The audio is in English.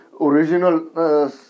original